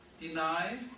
deny